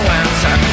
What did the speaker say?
answer